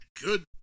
good